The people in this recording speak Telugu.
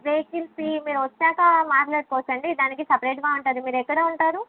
వెహికల్ ఫీ మేము వచ్చాక మాట్లాడుకోవచ్చు అండి దానికి సెపరేట్గా ఉంటుంది మీరు ఎక్కడ ఉంటారు